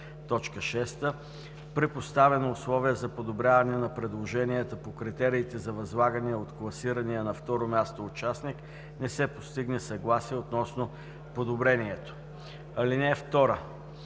6. при поставено условие за подобряване на предложенията по критериите за възлагане от класирания на второ място участник не се постигне съгласие относно подобрението. (2)